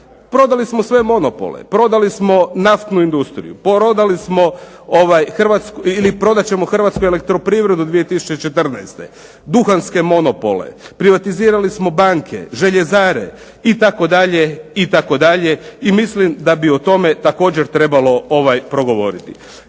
Prodali smo sve monopole, prodali smo naftnu industriju. Prodali smo ili prodat ćemo Hrvatsku elektroprivredu 2014., Duhanske monopole, privatizirali smo banke, željezare itd. i mislim da bi o tome također trebalo progovoriti.